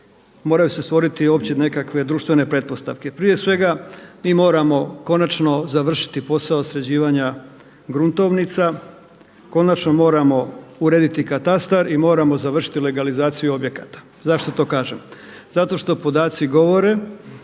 moraju se stvoriti opće nekakve društvene pretpostavke. Prije svega mi moramo konačno završiti posao sređivanja gruntovnica, konačno moramo urediti katastar i moramo završiti legalizaciju objekata. Zašto to kažem? Zato što podaci govore